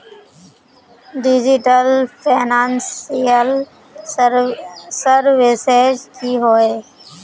Digital financial services की होय?